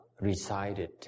recited